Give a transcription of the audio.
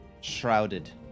shrouded